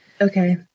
Okay